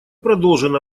продолжим